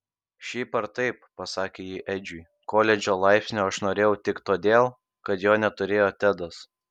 šiaip ar taip pasakė ji edžiui koledžo laipsnio aš norėjau tik todėl kad jo neturėjo tedas